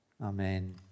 Amen